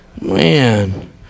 man